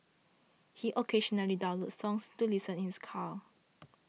he occasionally downloads songs to listen in his car